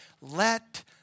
let